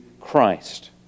Christ